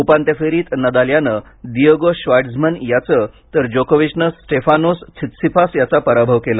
उपांत्यफेरीत नदाल यानं Diego Schwartzman याचं तर जोकोविचने स्टेफानोस त्सित्सिपास याचा पराभव केला